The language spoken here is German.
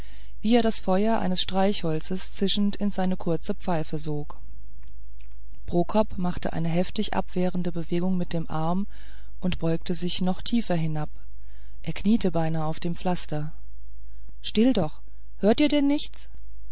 wie er das feuer eines streichholzes zischend in seine kurze pfeife sog prokop machte eine heftig abwehrende bewegung mit dem arm und beugte sich noch tiefer hinab er kniete beinahe auf dem pflaster still doch hört ihr denn nichts